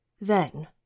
Then